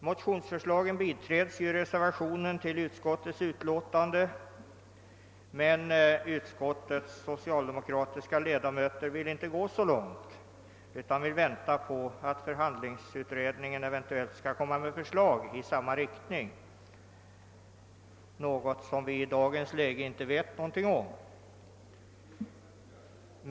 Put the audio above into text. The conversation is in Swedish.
Motionernas förslag biträdes i den till utskottets utlåtande fogade reservationen, men utskottets socialdemokratiska ledamöter har inte velat gå så långt utan vill vänta på att förhandlingsutredningen eventuellt skall framlägga förslag i samma riktning, något som vi i dag inte vet någonting om.